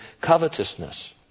covetousness